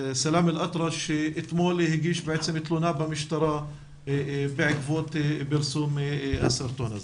סלאמה אל אטרש שאתמול הגיש בעצם תלונה במשטרה בעקבות פרסום הסרטון הזה.